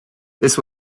that